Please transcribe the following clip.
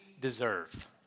deserve